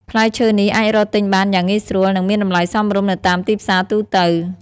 ផ្លែឈើនេះអាចរកទិញបានយ៉ាងងាយស្រួល និងមានតម្លៃសមរម្យនៅតាមទីផ្សារទូទៅ។